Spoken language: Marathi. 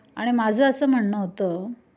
आणि माझं असं म्हणणं होतं